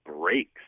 breaks